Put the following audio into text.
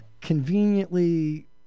Conveniently